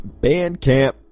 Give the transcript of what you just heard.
Bandcamp